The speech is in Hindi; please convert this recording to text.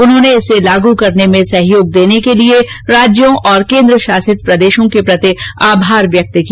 उन्होंने इसे लागू करने में सहयोग देने के लिए राज्यों और केन्द्र शासित प्रदेशों के प्रति आभार व्यक्त किया